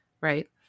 right